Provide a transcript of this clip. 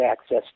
access